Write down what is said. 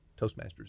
Toastmasters